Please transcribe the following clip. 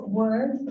word